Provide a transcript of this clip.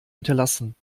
hinterlassen